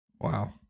Wow